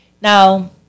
now